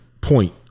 point